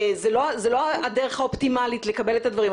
זו לא הדרך האופטימלית לקבל את הדברים,